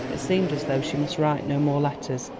it seemed as though she must write no more letters.